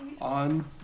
On